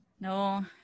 no